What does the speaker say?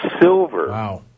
Silver